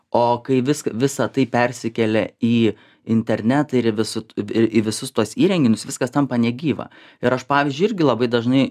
o kai vis visa tai persikelia į internetą ir į visut ir į visus tuos įrenginius viskas tampa negyva ir aš pavyzdžiui irgi labai dažnai